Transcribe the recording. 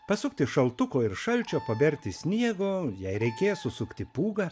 pasukti šaltuko ir šalčio paberti sniego jei reikės susukti pūgą